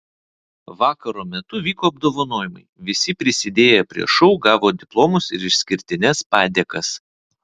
vakaro metu vyko apdovanojimai visi prisidėję prie šou gavo diplomus ir išskirtines padėkas